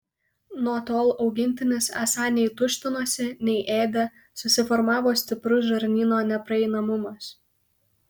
nuo tol augintinis esą nei tuštinosi nei ėdė susiformavo stiprus žarnyno nepraeinamumas